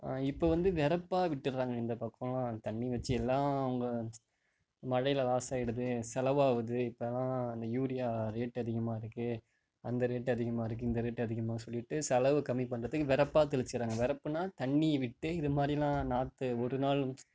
இப்போ வந்து வரப்பா விட்டுறாங்க இந்த பக்கம் தண்ணி வச்சு எல்லாம் அவங்க மழையில் லாஸ் ஆகிடுது செலவாகுது இப்பெலாம் இந்த யூரியா ரேட்டு அதிகமாக இருக்குது அந்த ரேட்டு அதிகமாக இருக்குது இந்த ரேட்டு அதிகமாக இருக்குதுனு சொல்லிட்டு செலவு கம்மி பண்ணுறத்துக்கு வரப்பா தெளிச்சுர்றாங்க வரப்புனா தண்ணி விட்டு இது மாதிரிலாம் நாற்று ஒரு நாள்